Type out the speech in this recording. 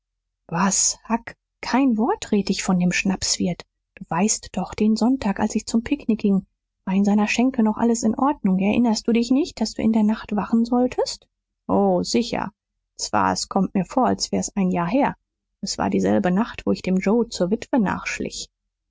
was huck kein wort red ich von dem schnapswirt du weißt doch den sonntag als ich zum picknick ging war in seiner schenke noch alles in ordnung erinnerst du dich nicht daß du in der nacht wachen solltest o sicher zwar s kommt mir vor als wär's ein jahr her s war dieselbe nacht wo ich dem joe zur witwe nachschlich